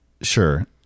Sure